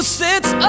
sits